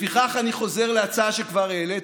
לפיכך אני חוזר להצעה שכבר העליתי,